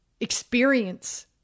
experience